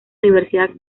universidad